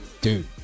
dude